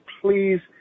please